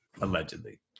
allegedly